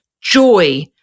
joy